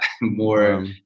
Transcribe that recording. more